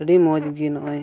ᱟᱹᱰᱤ ᱢᱚᱡᱽ ᱜᱮ ᱱᱚᱜᱼᱚᱸᱭ